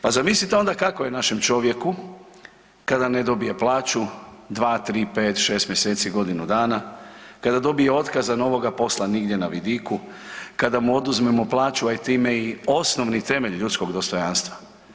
Pa zamislite onda kako je našem čovjeku kada ne dobije plaću, 2,3,5,6, mjeseci, godinu dana, kada dobije otkaz, a novoga posla nigdje na vidiku, kada mu oduzmemo plaću, a time i osnovni temelj ljudskog dostojanstva.